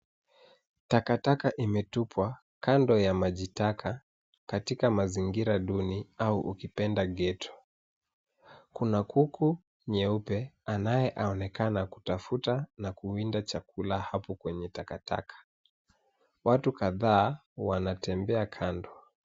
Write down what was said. Takataka imetupwa kando ya majitaka katika mazingira duni au ukipenda ghetto . Kuna kuku mweupe anayeonekana kutafuta na kuwinda chakula hapo kwenye takataka. Watu kadhaa wanatembea kando.